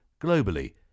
globally